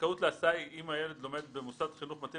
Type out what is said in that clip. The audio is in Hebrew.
הזכאות להסעה היא אם הילד לומד במוסד חינוך מתאים